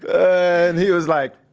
and he was like,